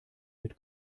mit